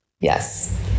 Yes